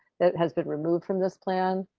that has been removed from this plan.